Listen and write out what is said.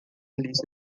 lista